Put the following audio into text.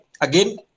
again